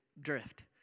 drift